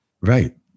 Right